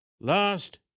last